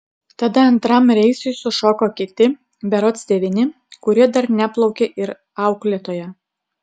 tada antram reisui sušoko kiti berods devyni kurie dar neplaukė ir auklėtoja